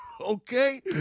Okay